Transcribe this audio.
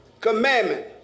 commandment